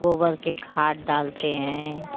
गोबर के खाद डालते हैं